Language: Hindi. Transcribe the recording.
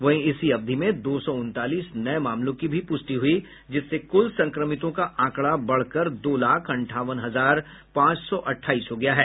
वहीं इसी अवधि में दो सौ उनतालीस नये मामलों की भी पुष्टि हुई जिससे कुल संक्रमितों का आंकड़ा बढ़कर दो लाख अंठावन हजार पांच सौ अट्ठाईस हो गया है